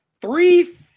Three